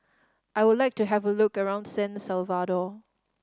I would like to have a look around San Salvador